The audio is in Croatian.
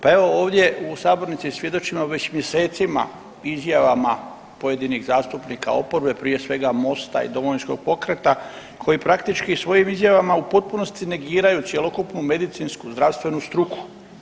Pa evo, ovdje u sabornici svjedočimo već mjesecima izjavama pojedinih zastupnika oporbe, prije svega, Mosta i Domovinskog pokreta koji praktički svojim izjavama u potpunosti negiraju cjelokupnu medicinsku zdravstvenu struku.